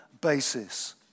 basis